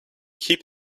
keep